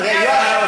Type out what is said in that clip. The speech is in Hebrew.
תראה,